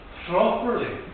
properly